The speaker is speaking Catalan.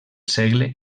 segle